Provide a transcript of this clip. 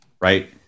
right